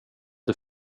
det